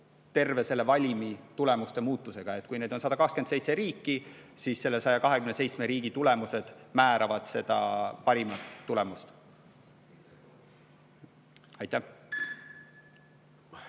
terve selle valimi tulemuste muutusega. Kui on 127 riiki, siis nende 127 riigi tulemused määravad ära parima tulemuse. Hea